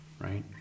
right